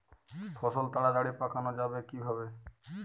ফসল তাড়াতাড়ি পাকানো যাবে কিভাবে?